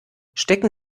stecken